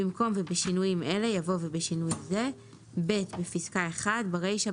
במקום "ובשינויים אלה" יבוא "ובשינוי זה"; בפסקה (1) ברישה,